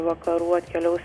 vakarų atkeliaus